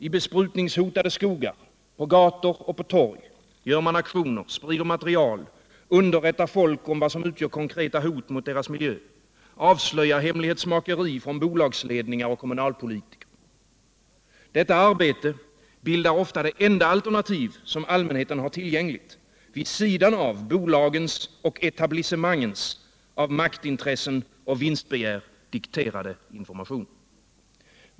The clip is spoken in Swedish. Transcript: I besprutningshotade skogar, på gator och på torg gör man aktioner, sprider material, underrättar folk om vad som utgör konkreta hot mot deras miljö samt avslöjar hemlighetsmakeri från bolagsledningars och kommunalpolitikers sida. Detta arbete utgör ofta det enda alternativ som allmänheten har vid sidan av bolagens och etablissemangens av maktintressen och vinstbegär dikterade information.